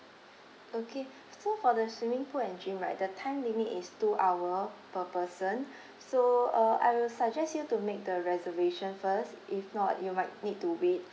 okay so for the swimming pool and gym right the time limit is two hour per person so uh I will suggest you to make the reservation first if not you might need to wait